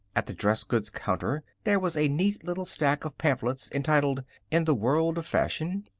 at the dress-goods counter there was a neat little stack of pamphlets entitled in the world of fashion.